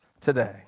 today